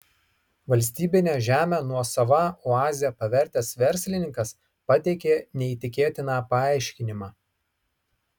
valstybinę žemę nuosava oaze pavertęs verslininkas pateikė neįtikėtiną paaiškinimą